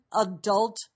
adult